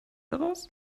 heraus